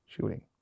shooting